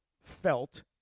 felt